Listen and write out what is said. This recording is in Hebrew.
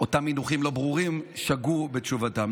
מונחים לא ברורים שגו בתשובתם.